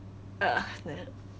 uh no